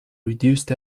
reduced